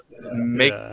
make